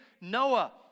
Noah